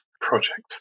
Project